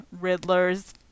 Riddler's